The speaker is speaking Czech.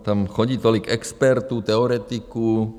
Tam chodí tolik expertů, teoretiků.